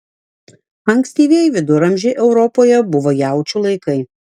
ankstyvieji viduramžiai europoje buvo jaučių laikai